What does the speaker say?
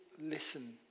listen